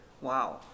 Wow